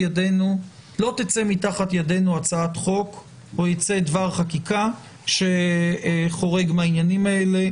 לא תצא מתחת ידינו הצעת חוק או יצא דבר חקיקה שחורג מהעניינים האלה.